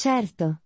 Certo